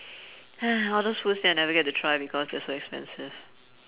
all those foods that I never get to try because they're so expensive